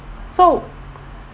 so